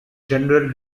general